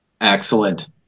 Excellent